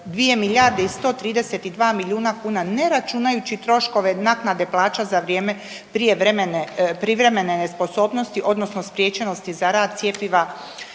i 132 milijuna kuna ne računajući troškove naknade plaća za vrijeme privremene nesposobnosti odnosno spriječenosti za rad cjepiva